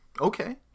Okay